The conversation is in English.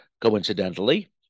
coincidentally